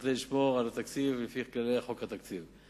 כדי לשמור על התקציב לפי כללי חוק התקציב,